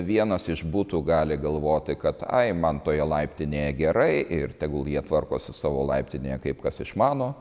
vienas iš butų gali galvoti kad ai man toje laiptinėje gerai ir tegul jie tvarkosi savo laiptinėje kaip kas išmano